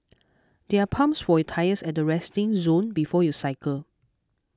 there are pumps for your tyres at the resting zone before you cycle